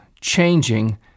changing